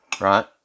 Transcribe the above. right